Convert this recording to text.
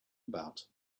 about